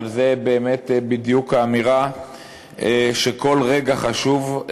אבל זו באמת בדיוק האמירה שכל רגע חשוב,